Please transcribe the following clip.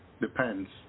Depends